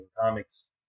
comics